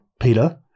Peter